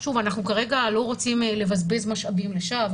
אנחנו כרגע לא רוצים לבזבז משאבים לשווא.